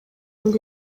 ngo